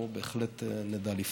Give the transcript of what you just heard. אנחנו בהחלט נדע לפעול.